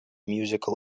musical